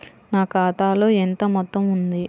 నా ఖాతాలో ఎంత మొత్తం ఉంది?